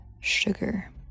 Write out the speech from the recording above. sugar